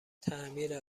تعمیر